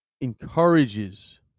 encourages